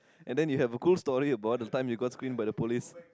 and then you have a cool story about the time you got screened by the police